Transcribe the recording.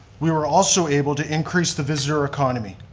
we were also able to increase the visitor economy.